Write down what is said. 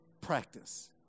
practice